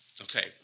Okay